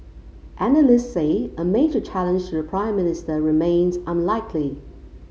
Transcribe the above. analysts say a major challenge to the Prime Minister remains unlikely